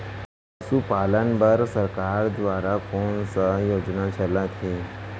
पशुपालन बर सरकार दुवारा कोन स योजना चलत हे?